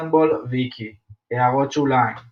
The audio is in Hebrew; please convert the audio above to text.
פולנדבול ויקי == הערות שוליים ====== הערות שוליים ==